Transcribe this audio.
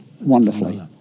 Wonderfully